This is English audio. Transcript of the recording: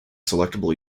selectable